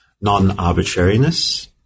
non-arbitrariness